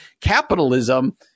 capitalism